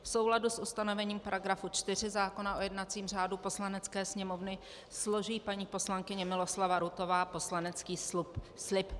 V souladu s ustanovením § 4 zákona o jednacím řádu Poslanecké sněmovny složí paní poslankyně Miloslava Rutová poslanecký slib.